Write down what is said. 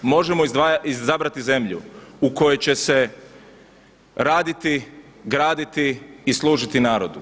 Možemo izabrati zemlju u kojoj će se raditi, graditi i služiti narodu.